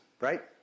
right